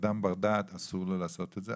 אדם בר דעת אסור לעשות את זה,